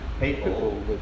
people